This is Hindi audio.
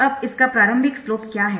अब इसका प्रारंभिक स्लोप क्या है